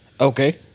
Okay